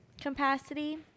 capacity